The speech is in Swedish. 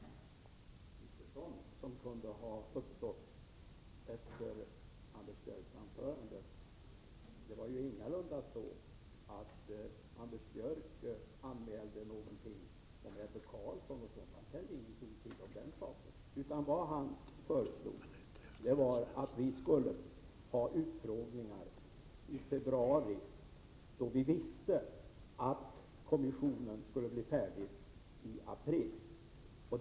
Herr talman! Jag vill bara rätta till ett missförstånd som kunde ha uppstått efter Anders Björcks anförande. Det var ju ingalunda så att Anders Björck anmälde någonting om Ebbe Carlsson. Han kände ingenting till om den saken, utan vad han föreslog var att vi skulle ha utfrågningar i februari, då vi visste att kommissionen skulle bli färdig i april.